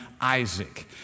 Isaac